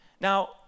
Now